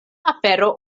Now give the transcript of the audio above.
afero